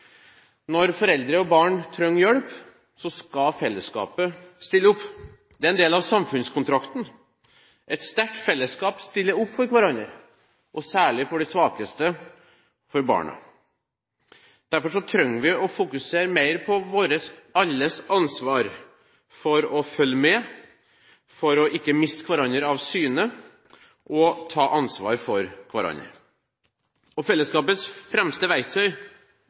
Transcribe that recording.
Når foreldre og barn trenger hjelp, skal fellesskapet stille opp. Det er en del av samfunnskontrakten. Et sterkt fellesskap stiller opp for hverandre, særlig for de svakeste – for barna. Derfor trenger vi å fokusere mer på vårt alles ansvar for å følge med, for ikke å miste hverandre av syne og for å ta ansvar for hverandre. Fellesskapets fremste verktøy